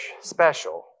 special